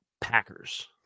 Packers